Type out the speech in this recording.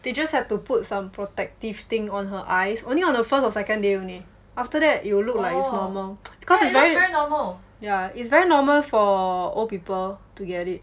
they just have to put some protective thing on her eyes only on the first or second day only after that it will look like it's normal because it's very yeah it's very normal for old people to get it